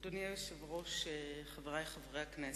אדוני היושב-ראש, חברי חברי הכנסת,